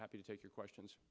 happy to take your questions